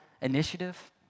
initiative